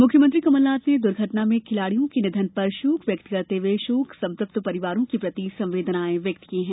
मुख्यमंत्री कमलनाथ ने दुर्घटना में खिलाड़ियों के निधन पर शोक व्यक्त करते हुए शोक संतप्त परिजनों के प्रति संवेदनाएं व्यक्त की हैं